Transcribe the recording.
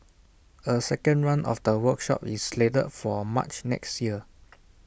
A second run of the workshop is slated for March next year